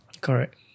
Correct